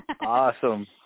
Awesome